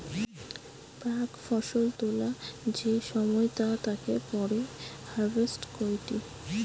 প্রাক ফসল তোলা যে সময় তা তাকে পরে হারভেস্ট কইটি